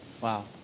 wow